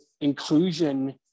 inclusion